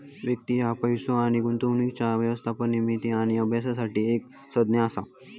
वित्त ह्या पैसो आणि गुंतवणुकीच्या व्यवस्थापन, निर्मिती आणि अभ्यासासाठी एक संज्ञा असा